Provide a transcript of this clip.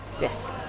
Yes